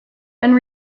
and